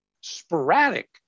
sporadic